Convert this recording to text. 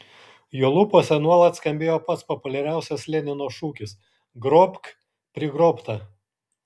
jo lūpose nuolat skambėjo pats populiariausias lenino šūkis grobk prigrobtą